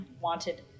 wanted